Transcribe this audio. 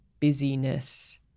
busyness